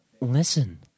Listen